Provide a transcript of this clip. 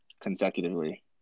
consecutively